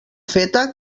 feta